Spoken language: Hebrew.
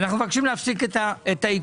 אנחנו מבקשים להפסיק את העיקולים.